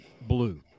blue